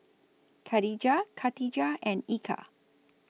Khadija Katijah and Eka